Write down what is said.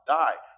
die